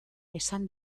esan